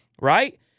right